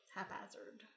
Haphazard